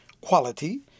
quality